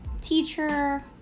teacher